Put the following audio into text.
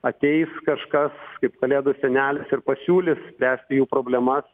ateis kažkas kaip kalėdų senelis ir pasiūlys spręsti jų problemas